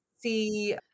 see